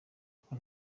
uko